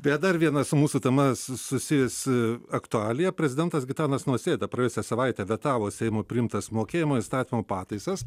beje dar vienas su mūsų tema susijusi aktualija prezidentas gitanas nausėda praėjusią savaitę vetavo seimo priimtas mokėjimų įstatymo pataisas